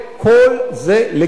כל זה לגיטימי.